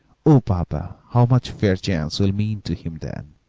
oh, papa, how much fairchance will mean to him, then!